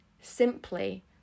simply